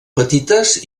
petites